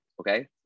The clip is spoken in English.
okay